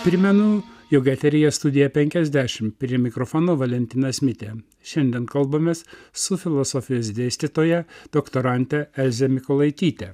primenu jog eteryje studija penkiasdešimt prie mikrofono valentinas mitė šiandien kalbamės su filosofijos dėstytoja doktorante elze mykolaityte